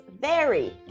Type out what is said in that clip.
vary